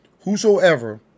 Whosoever